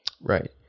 Right